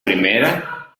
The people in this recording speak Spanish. primera